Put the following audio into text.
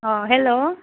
অঁ হেল্ল'